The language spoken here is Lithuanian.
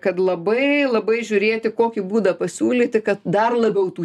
kad labai labai žiūrėti kokį būdą pasiūlyti kad dar labiau tų